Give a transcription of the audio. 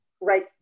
Right